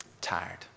tired